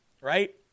right